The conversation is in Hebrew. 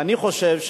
ואני חושב,